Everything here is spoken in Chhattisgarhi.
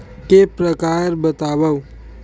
के प्रकार बतावव?